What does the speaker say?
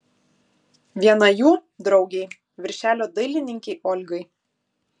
viena jų draugei viršelio dailininkei olgai